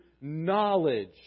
knowledge